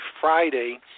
Friday